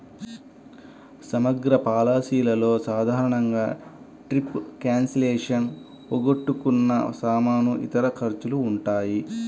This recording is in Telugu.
సమగ్ర పాలసీలలో సాధారణంగా ట్రిప్ క్యాన్సిలేషన్, పోగొట్టుకున్న సామాను, ఇతర ఖర్చులు ఉంటాయి